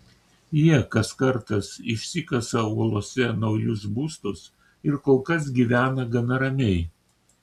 jie kas kartas išsikasa uolose naujus būstus ir kol kas gyvena gana ramiai